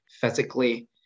physically